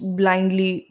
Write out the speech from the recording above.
blindly